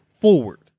forward